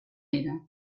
era